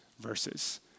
verses